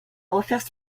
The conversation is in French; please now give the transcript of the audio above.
refaire